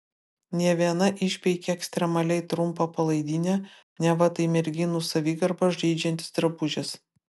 ne viena išpeikė ekstremaliai trumpą palaidinę neva tai merginų savigarbą žeidžiantis drabužis